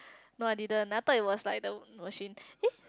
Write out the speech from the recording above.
no I didn't I thought it was like the machine eh